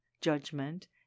judgment